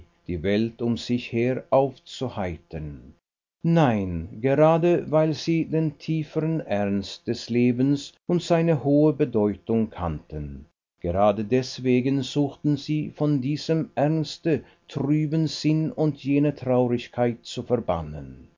die welt um sich her aufzuheitern nein gerade weil sie den tiefen ernst des lebens und seine hohe bedeutung kannten gerade deswegen suchten sie von diesem ernste trüben sinn und jene traurigkeit zu verbannen